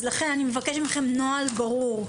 אז לכן אני מבקשת מכם נוהל ברור ומוכתב,